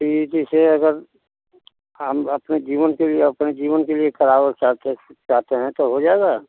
कि जैसे अगर हम अपने जीवन के लिए अपने जीवन के लिए करावे चाहते चाहते हैं तो हो जाएगा